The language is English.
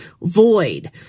void